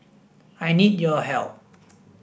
I need your help